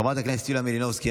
חברת הכנסת יוליה מלינובסקי,